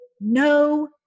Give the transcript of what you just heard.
no